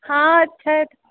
हँ छै